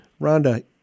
Rhonda